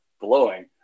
blowing